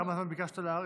לכמה זמן ביקשת להאריך?